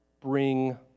bring